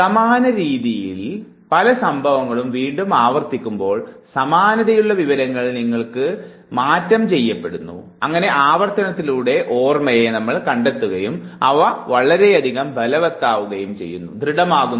സമാന തരത്തിലുള്ള പല സംഭവങ്ങളും വീണ്ടും ആവർത്തിക്കുമ്പോൾ സമാനതയുള്ള വിവരങ്ങൾ നിങ്ങൾക്ക് മാറ്റം ചെയ്യപ്പെടുന്നു അങ്ങനെ ആവർത്തനത്തിലൂടെ ഓർമ്മയെ കണ്ടെത്തുകയും അവ വളരെയധികം ബലവത്താകുകയും ചെയ്യുന്നു